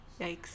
yikes